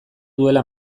duela